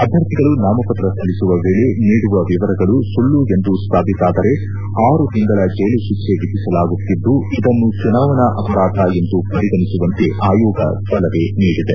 ಅಭ್ವರ್ಥಿಗಳು ನಾಮಪತ್ರ ಸಲ್ಲಿಸುವ ವೇಳೆ ನೀಡುವ ವಿವರಗಳು ಸುಳ್ಳು ಎಂದು ಸಾಬೀತಾದರೆ ಆರು ತಿಂಗಳ ಜೈಲು ಶಿಕ್ಷೆ ವಿಧಿಸಲಾಗುತ್ತಿದ್ದು ಇದನ್ನು ಚುನಾವಣಾ ಅಪರಾಧ ಎಂದು ಪರಿಗಣಿಸುವಂತೆ ಆಯೋಗ ಸಲಹೆ ನೀಡಿದೆ